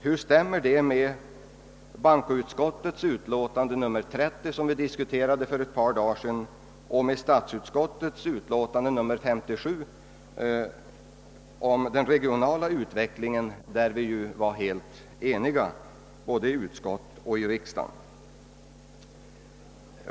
Hur stämmer det med bankoutskottets utlåtande nr 30, som vi diskuterade för ett par dagar sedan, och med statsutskottets utlåtande nr 57 om den regionala utvecklingen, där både utskottet och riksdagen var helt eniga i sin uppfattning?